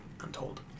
untold